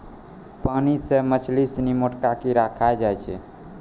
पानी मे मछली सिनी छोटका कीड़ा खाय जाय छै